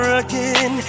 again